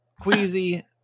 queasy